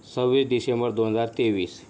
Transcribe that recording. सव्वीस डिसेंबर दोन हजार तेवीस